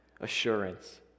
assurance